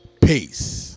Peace